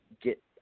get